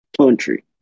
Country